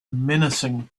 menacing